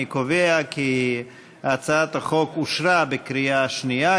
אני קובע כי הצעת החוק אושרה בקריאה שנייה,